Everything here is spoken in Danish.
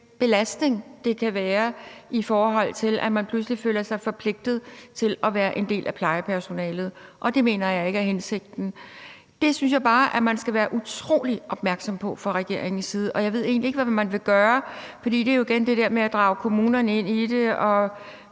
belastning, det kan være, i forhold til at man pludselig føler sig forpligtet til at være en del af plejepersonalet, og det mener jeg ikke er hensigten. Det synes jeg bare at man skal være utrolig opmærksom på fra regeringens side, og jeg ved egentlig ikke, hvad man vil gøre, for det er jo igen det her med at drage kommunerne ind i det og